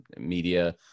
media